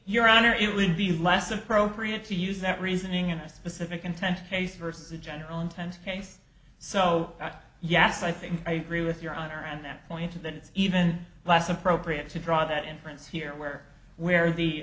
your honor it would be less appropriate to use that reasoning in a specific intent case versus a general intent case so yes i think i agree with your honor and that point to that it's even less appropriate to draw that inference here where where the